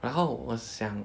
然后我想